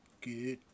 good